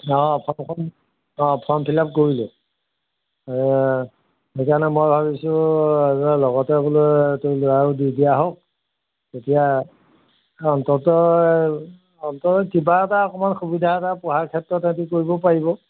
অঁ ফৰ্ম অঁ form fill up কৰিলোঁ সেইকাৰণে মই ভাবিছোঁ লগতে বোলে তুমি ল'ৰাও দি দিয়া হওক তেতিয়া অন্ততঃ অন্ততঃ কিবা এটা অকণমান সুবিধা এটা পঢ়াৰ ক্ষেত্ৰত সিহঁতি কৰিব পাৰিব